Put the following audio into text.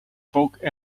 poke